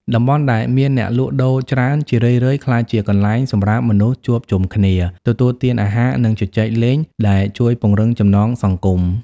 តំបន់ដែលមានអ្នកលក់ដូរច្រើន ជារឿយៗក្លាយជាកន្លែងសម្រាប់មនុស្សជួបជុំគ្នា ទទួលទានអាហារ និងជជែកលេង ដែលជួយពង្រឹងចំណងសង្គម ។